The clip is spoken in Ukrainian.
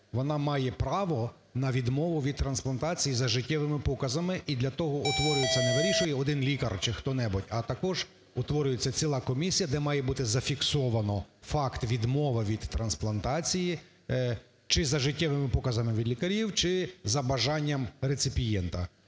вона має право на відмову від трансплантації, за життєвими показами. І для того утворюється, не вирішує один лікар, чи хто не будь. А також утворюється ціла комісія, де має бути зафіксовано факт відмови від трансплантації чи за життєвими показами від лікарів, чи за бажанням реципієнта.